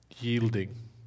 yielding